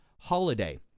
holiday